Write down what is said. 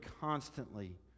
constantly